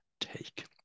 take